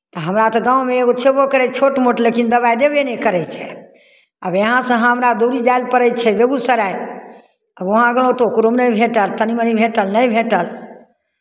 तऽ हमरा तऽ गाँवमे एगो छेबो करय छोट मोट लेकिन दबाइ देबे नहि करै छै आब यहाँसँ हमरा दूरी जाइ लए पड़ै छै बेगूसराय आ वहाँ गयलहुँ तऽ ओकरोमे नहि भेटल तनि मनि भेटल नहि भेटल